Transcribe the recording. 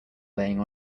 laying